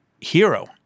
hero